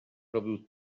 robił